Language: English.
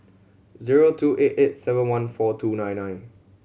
zero two eight eight seven one four two nine nine